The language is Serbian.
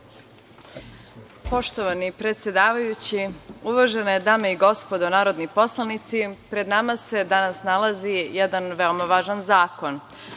Poštovani predsedavajući, uvažene dame i gospodo narodni poslanici, pred nama se danas nalazi jedan veoma važan zakon,